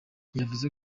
yavuze